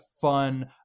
fun